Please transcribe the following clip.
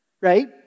right